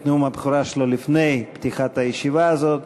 נאום הבכורה שלו לפני פתיחת הישיבה הזאת,